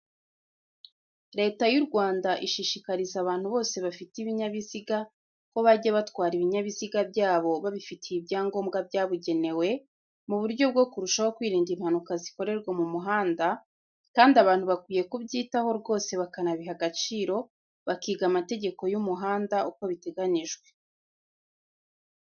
Leta y'u Rwanda ishishikariza abantu bose bafite ibinyabiziga ko bajya batwara ibinyabiziga byabo babifitiye ibyangombwa byabugenewe, mu buryo bwo kurushaho kwirinda impanuka zikorerwa mu muhanda, kandi abantu bakwiye kubyitaho rwose bakanabiha agaciro bakiga amategeko y'umihanda uko biteganijwe.